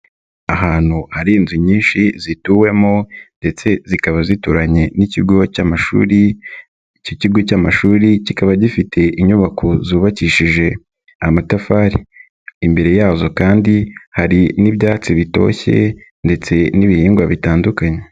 Ahantu hari inzu nyinshi zituwemo ndetse zikaba zituranye n'ikigo cy'amashuri, iki kigo cy'amashuri kikaba gifite inyubako zubakishije amatafari, imbere yazo kandi hari n'ibyatsi bitoshye ndetse n'ibihingwa bitandukanye.